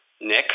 Nick